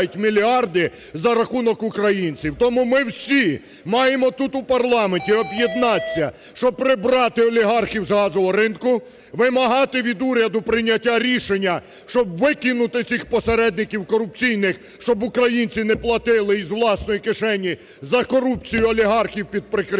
Тому ми всі маємо тут, у парламенті, об'єднатися. щоб прибрати олігархів з газового ринку. Вимагати від уряду прийняття рішення, щоб викинути цих посередників корупційних, щоб українці не платили із власної кишені за корупцію олігархів під прикриттям